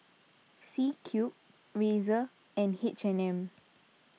C Cube Razer and H and M